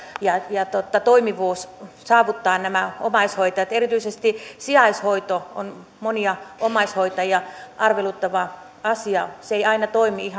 ja toimivuus saavuttaa omaishoitajat erityisesti sijaishoito on monia omaishoitajia arveluttava asia se ei aina toimi